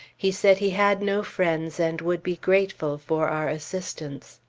he said he had no friends, and would be grateful for our assistance.